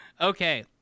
okay